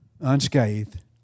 unscathed